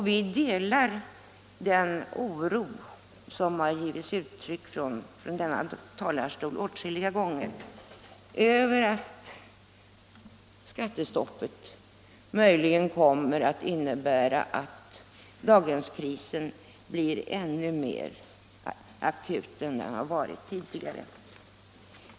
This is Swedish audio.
Vi delar den oro, vilken givits uttryck åt från denna talarstol åtskilliga gånger, över att skattestoppet i kommunerna möjligen kommer att innebära att daghemskrisen blir ännu mer akut än den varit tidigare.